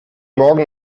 morgen